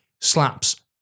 slaps